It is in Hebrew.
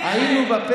אז יאללה, בואו נתקדם.